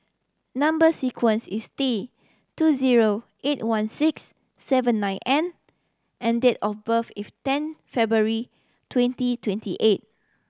number sequence is T two zero eight one six seven nine N and date of birth is ten February twenty twenty eight